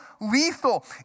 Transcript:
lethal